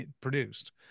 produced